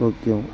Tokyo